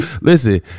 Listen